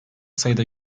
sayıda